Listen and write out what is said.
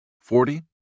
Forty